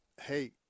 hey